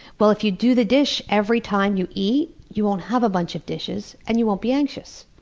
well, if you do the dish every time you eat, you won't have a bunch of dishes, and you won't be anxious.